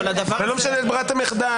לא משנה את ברירת המחדל.